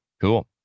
Cool